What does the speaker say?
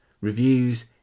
reviews